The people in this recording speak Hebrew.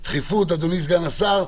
סעיף הדחיפות, אדוני סגן השר,